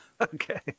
Okay